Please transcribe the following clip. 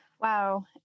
wow